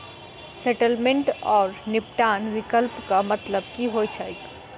Settlement आओर निपटान विकल्पक मतलब की होइत छैक?